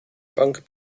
bank